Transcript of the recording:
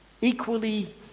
equally